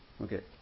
Okay